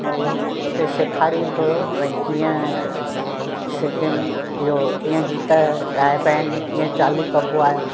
त हो उते सेखारींदो हुयो भई जीअं सिंगिंग इहो कीअं गीत ॻाइबा आहिनि कीअं चालू कबो आहे